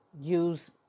use